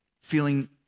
feeling